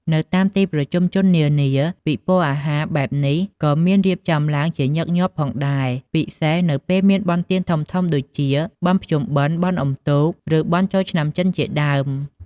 នៅតាមទីប្រជុំជននានា ពិព័រណ៍អាហារបែបនេះក៏មានរៀបចំឡើងជាញឹកញាប់ផងដែរ ពិសេសនៅពេលបុណ្យទានធំៗដូចជា បុណ្យភ្ជុំបិណ្ឌ បុណ្យអុំទូក ឬបុណ្យចូលឆ្នាំចិនជាដើម។